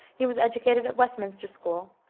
he was educated at westminster school,